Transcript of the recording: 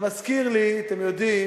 זה מזכיר לי, אתם יודעים,